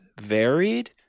varied